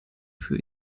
für